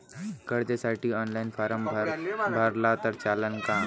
कर्जसाठी online form भरला तर चालन का?